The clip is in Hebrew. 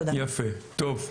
יפה, טוב,